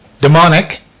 demonic